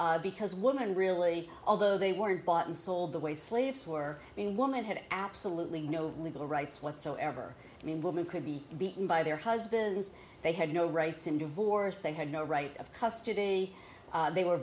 slaves because women really although they weren't bought and sold the way slaves were being woman had absolutely no legal rights whatsoever i mean women could be beaten by their husbands they had no rights in divorce they had no right of custody they were